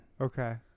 Okay